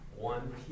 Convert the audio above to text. one